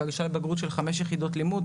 והגשה לבגרות של חמש יחידות לימוד,